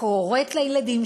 קוראת לילדי,